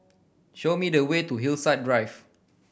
show me the way to Hillside Drive